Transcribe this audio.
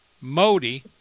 Modi